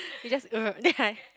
they just uh then I